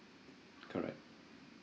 correct